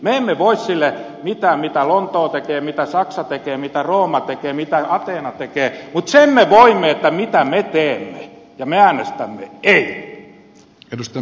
me emme voi sille mitään mitä lontoo tekee mitä saksa tekee mitä rooma tekee mitä ateena tekee mutta sille me voimme mitä me teemme ja me äänestämme ei